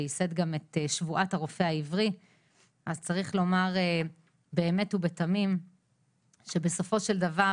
שייסד גם את שבועת הרופא העברי אז צריך לומר באמת ובתמים שבסופו של דבר